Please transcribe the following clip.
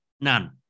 None